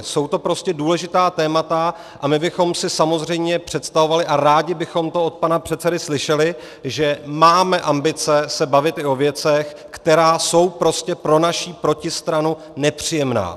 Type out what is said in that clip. Jsou to prostě důležitá témata a my bychom si samozřejmě představovali, a rádi bychom to od pana předsedy slyšeli, že máme ambice se bavit i o věcech, které jsou prostě pro naší protistranu nepříjemné.